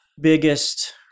biggest